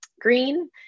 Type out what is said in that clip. green